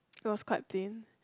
it was quite plain